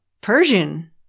Persian